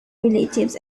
relatives